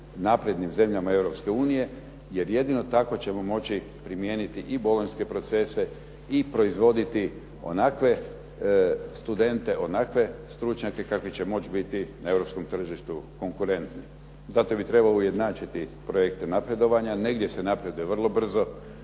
naprednim zemljama Europske unije jer jedino tako ćemo moći primijeniti i bolonjske procese i proizvoditi onakve studente, onakve stručnjake kakvi će moći biti na europskim tržištu konkurentni. Zato bi trebalo ujednačiti projekte napredovanja, negdje se napreduje vrlo brzo.